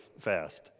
fast